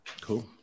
Cool